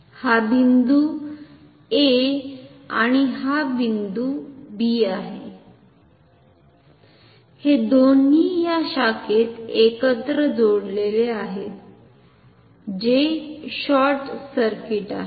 हा बिंदू A आणि हा बिंदू B आहे हे दोन्ही या शाखेने एकत्र जोडलेले आहेत जे शॉर्ट सर्किट आहे